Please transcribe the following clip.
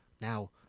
now